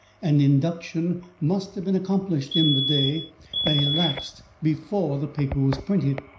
and induction must have been accomplished in the day that elapsed before the paper was printed.